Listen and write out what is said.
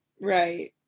Right